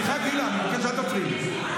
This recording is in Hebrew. סליחה, גילה, אני מבקש, אל תפריעי לי.